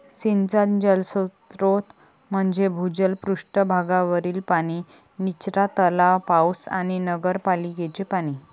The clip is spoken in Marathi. सिंचन जलस्रोत म्हणजे भूजल, पृष्ठ भागावरील पाणी, निचरा तलाव, पाऊस आणि नगरपालिकेचे पाणी